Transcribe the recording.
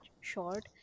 short